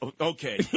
Okay